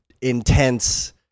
intense